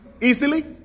easily